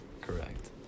Correct